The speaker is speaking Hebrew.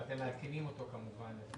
ואתם מעדכנים אותו כמובן.